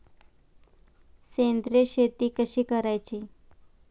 सेंद्रिय शेती कशी करायची?